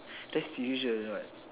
that's usual what